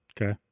Okay